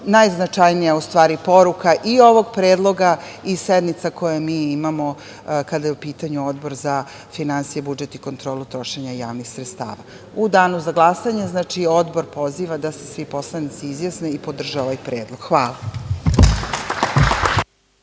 najznačajnija, u stvari poruka i ovog predloga i sednica koje mi imamo kada je u pitanju Odbor za finansije, budžet i kontrolu trošenja javnih sredstava.U danu za glasanje Odbor poziva da se svi poslanici izjasne i podrže ovaj predlog. Hvala.